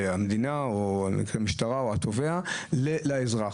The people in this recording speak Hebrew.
מהמדינה, המשטרה או התובע לאזרח.